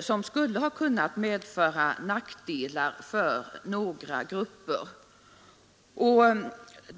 som kan medföra nackdelar för några grupper.